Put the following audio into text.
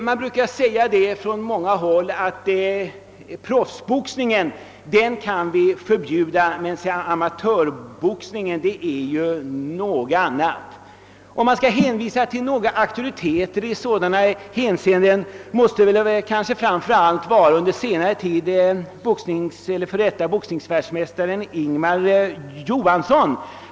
Det brukar sägas från många håll att proffsboxningen skulle man ju kunna förbjuda men amatörboxningen är någonting helt annat. Om man skall hänvisa till några auktoriteter i dessa hänseenden under senare tid kan man som exempel ta f.d. boxningsvärldsmästaren Ingemar Johansson.